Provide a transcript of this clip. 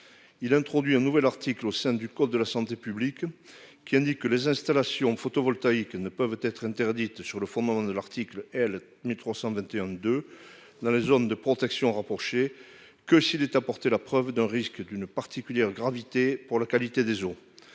il introduit un nouvel article au sein du code de la santé publique, qui a dit que les installations photovoltaïques ne peuvent être interdites sur le fondement de l'article L-1321 2 dans la zone de protection rapprochée que si des t'apporter la preuve d'un risque d'une particulière gravité pour la qualité des eaux,